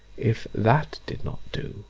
if that did not do,